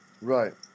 Right